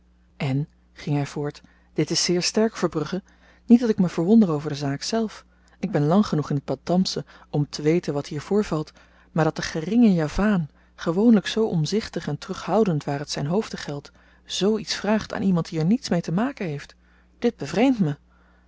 en ging hy voort dit is zeer sterk verbrugge niet dat ik me verwonder over de zaak zelf ik ben lang genoeg in t bantamsche om te weten wat hier voorvalt maar dat de geringe javaan gewoonlyk zoo omzichtig en terughoudend waar t zyn hoofden geldt zoo iets vraagt aan iemand die er niets mee te maken heeft dit bevreemdt my